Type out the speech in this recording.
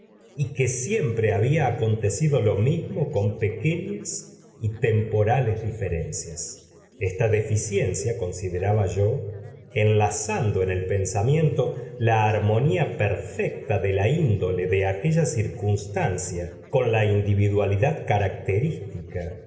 y que siempre había acontecido lo mismo con pequeñas y temporales diferencias esta deficiencia consideraba yo enlazando en el pensamiento la armonía perfecta de la índole de aquella circunstancia con la individualidad característica